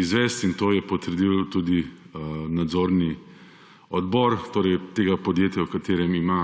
izvesti in to je potrdil tudi nadzorni odbor, torej tega podjetja o katerem ima